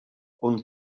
only